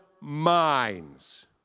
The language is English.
minds